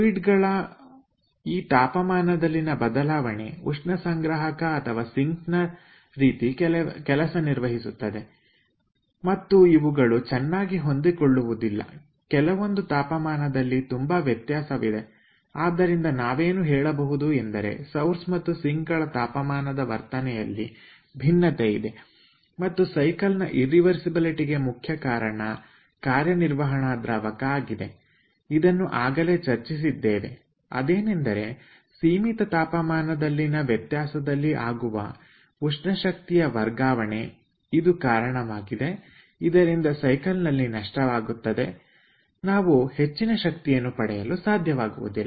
ದ್ರಾವಣಗಳ ಈ ತಾಪಮಾನದಲ್ಲಿನ ಬದಲಾವಣೆ ಉಷ್ಣ ಸಂಗ್ರಾಹಕ ಅಥವಾ ಸಿಂಕ್ ನ ರೀತಿ ಕೆಲಸ ನಿರ್ವಹಿಸುತ್ತವೆ ಮತ್ತು ಇವುಗಳು ಚನ್ನಾಗಿ ಹೊಂದಿಕೊಳ್ಳುವುದಿಲ್ಲ ಕೆಲವೊಂದು ತಾಪಮಾನದಲ್ಲಿ ತುಂಬಾ ವ್ಯತ್ಯಾಸವಿದೆ ಆದ್ದರಿಂದ ನಾವೇನು ಹೇಳಬಹುದು ಎಂದರೆ ಸಂಗ್ರಹಕ ಮತ್ತು ಸಿಂಕ್ ಗಳ ತಾಪಮಾನದ ವರ್ತನೆಯಲ್ಲಿ ಭಿನ್ನತೆಯಿದೆ ಮತ್ತು ಸೈಕಲ್ನಲ್ಲಿ ನ ಇರ್ರಿವರ್ಸಿಬಲಿಟಿ ಗೆ ಮುಖ್ಯ ಕಾರಣ ಕಾರ್ಯನಿರ್ವಾಹಣ ದ್ರಾವಕ ಆಗಿದೆ ಇದನ್ನು ಆಗಲೇ ಚರ್ಚಿಸಿದ್ದೇವೆ ಅದೇನೆಂದರೆ ಸೀಮಿತ ತಾಪಮಾನದಲ್ಲಿನ ವ್ಯತ್ಯಾಸದಲ್ಲಿ ಆಗುವ ಉಷ್ಣ ಶಕ್ತಿಯ ವರ್ಗಾವಣೆ ಇದು ಕಾರಣವಾಗಿದೆ ಇದರಿಂದ ಸೈಕಲ್ನಲ್ಲಿ ನಷ್ಟವಾಗುತ್ತದೆ ನಾವು ಹೆಚ್ಚಿನ ಶಕ್ತಿಯನ್ನು ಪಡೆಯಲು ಸಾಧ್ಯವಾಗುವುದಿಲ್ಲ